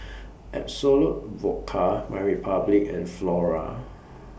Absolut Vodka MyRepublic and Flora